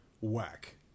whack